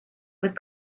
with